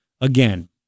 again